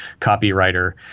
copywriter